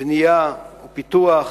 בנייה ופיתוח,